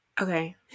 okay